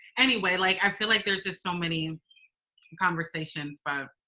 anyway like, i feel like there's just so many and conversations.